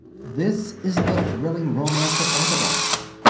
this is the thrilling romance of orthodoxy.